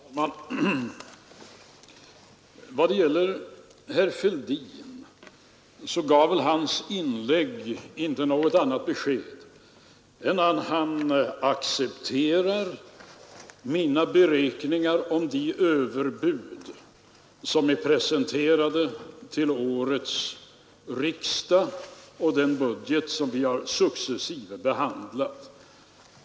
Herr talman! Vad det gäller herr Fälldin, så gav väl hans inlägg inte något annat besked än att han accepterar mina beräkningar om de överbud som är presenterade till årets riksdag och den budget som vi har successive behandlat.